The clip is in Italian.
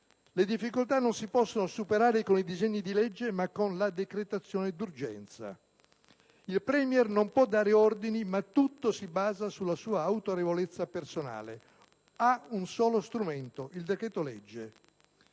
"Le difficoltà non si possono superare con i disegni di legge, ma con la decretazione d'urgenza". "Il *Premier* non può dare ordini, ma tutto si basa sulla sua autorevolezza personale, ha un solo strumento: il decreto-legge".